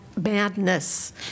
Madness